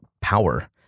power